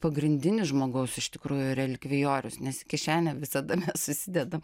pagrindinis žmogaus iš tikrųjų relikvijorius nes į kišenę visada mes susidedam